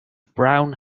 brown